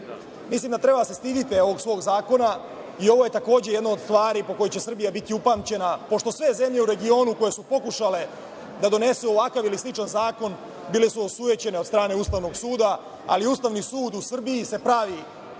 Srbiji. Mislim da treba da se stidite ovog svog zakona i ovo je, takođe, jedna od stvari po kojoj će Srbija biti upamćena, pošto sve zemlje u regionu koje su pokušale da donesu ovakav ili sličan zakon bile su osujećene od strane Ustavnog suda, ali Ustavni sud u Srbiji se pravi